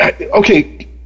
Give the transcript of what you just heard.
okay